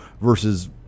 versus